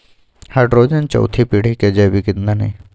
hydrogen चउथी पीढ़ी के जैविक ईंधन हई